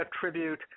attribute